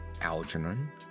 Algernon